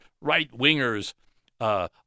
right-wingers